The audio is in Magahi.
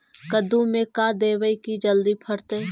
कददु मे का देबै की जल्दी फरतै?